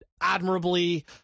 admirably